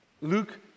Luke